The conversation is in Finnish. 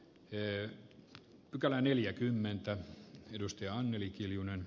yö pykälä neljäkymmentä edustaja anneli kiljunen